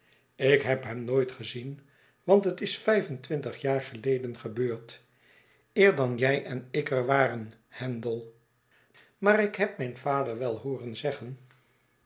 ik heb hem nooit gezien want het is vijf en twintig jaar geleden gebeurd eer dat jtj en ik er waren handel maar ik heb mijn vader wel hooren zeggen